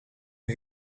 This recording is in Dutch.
een